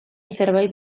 zerbait